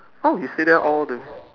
oh you stay there all the